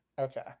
Okay